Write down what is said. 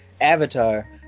Avatar